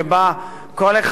שבא כל אחד,